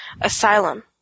asylum